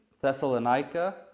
Thessalonica